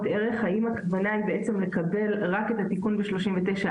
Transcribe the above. ערך האם הכוונה היא בעצם לקבל רק את התיקון ב-39(4)